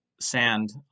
sand